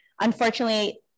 unfortunately